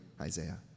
Isaiah